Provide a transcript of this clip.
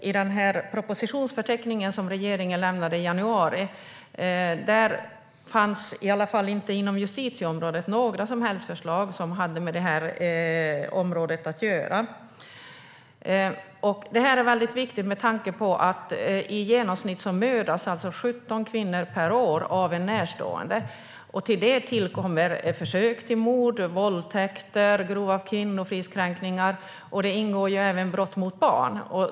I den propositionsförteckning som regeringen lämnade i januari fanns i alla fall inte på justitieområdet några som helst förslag som hade med det här området att göra. Detta är viktigt med tanke på att i genomsnitt mördas 17 kvinnor per år av en närstående. Till detta kommer försök till mord, våldtäkter och grova kvinnofridskränkningar. Där ingår även brott mot barn.